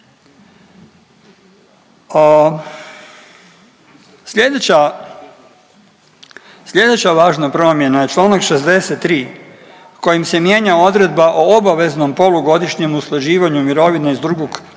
Sljedeća važna promjena je članak 63. kojim se mijenja odredba o obaveznom polugodišnjem usklađivanju mirovine iz drugog stupa